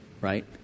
right